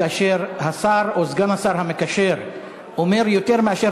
כאשר השר או סגן השר המקשר אומר יותר מאשר